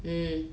mm